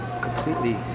completely